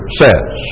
says